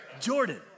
Jordan